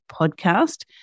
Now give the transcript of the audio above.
podcast